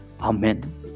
Amen